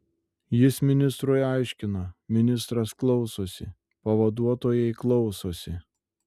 jis ministrui aiškina ministras klausosi pavaduotojai klausosi